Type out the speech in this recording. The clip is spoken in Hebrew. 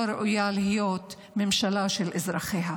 לא ראויה להיות ממשלה של אזרחיה.